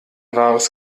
wahres